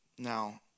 Now